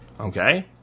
Okay